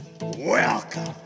Welcome